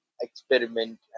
experiment